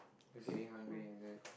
you're getting hungry is it